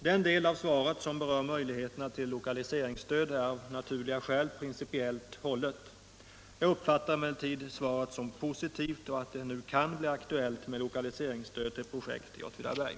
Den del av svaret som berör möjligheterna till lokaliseringsstöd är av naturliga skäl principiellt hållen. Jag uppfattar emellertid svaret som positivt, så att det nu kan bli aktuellt med lokaliseringsstöd till projekt i Åtvidaberg.